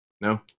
no